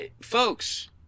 Folks